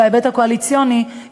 בהיבט הקואליציוני,